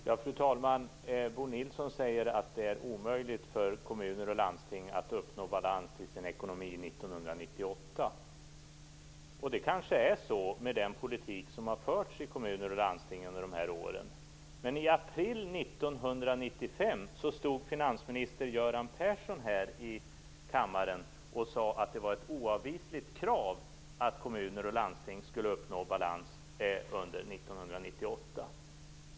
Fru talman! Bo Nilsson säger att det är omöjligt för kommuner och landsting att uppnå balans i sin ekonomi år 1998. Det kanske är så med den politik som har förts i kommuner och landsting under dessa år. Men i april 1995 stod finansminister Göran Persson här i kammaren och sade att det var ett oavvisligt krav att kommuner och landsting skulle uppnå balans under 1998.